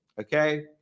Okay